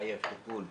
מחייב טיפול.